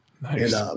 Nice